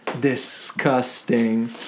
disgusting